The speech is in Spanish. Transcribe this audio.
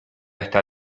está